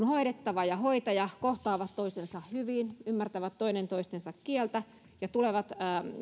hoidettava ja hoitaja kohtaavat toisensa hyvin ymmärtävät toinen toistensa kieltä ja